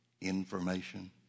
information